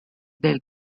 del